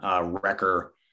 wrecker